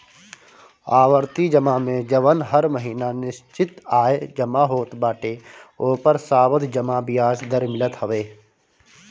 आवर्ती जमा में जवन हर महिना निश्चित आय जमा होत बाटे ओपर सावधि जमा बियाज दर मिलत हवे